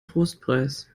trostpreis